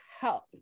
help